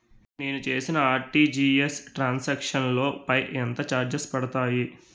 నేను చేసిన RTGS transaction లో పై ఎంత చార్జెస్ పడతాయి?